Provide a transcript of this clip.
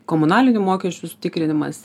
komunalinių mokesčius tikrinimas